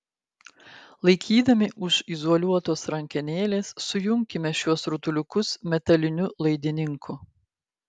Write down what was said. laikydami už izoliuotos rankenėlės sujunkime šiuos rutuliukus metaliniu laidininku